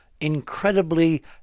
incredibly